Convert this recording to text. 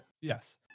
Yes